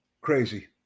crazy